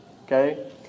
Okay